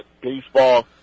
baseball